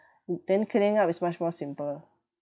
mm then cleaning up is much more simple